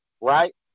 Right